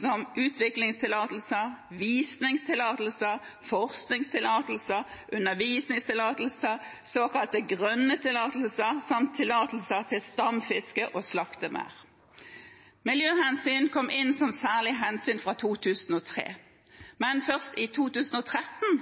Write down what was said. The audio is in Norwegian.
som utviklingstillatelser, visningstillatelser, forskningstillatelser, undervisningstillatelser, såkalte grønne tillatelser samt tillatelser til stamfisk og slaktemerd. Miljøhensyn kom inn som særlig hensyn fra 2003, men først i 2013